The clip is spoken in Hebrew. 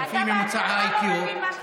בטח שאני לא אבין.